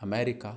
America